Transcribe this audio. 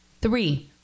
three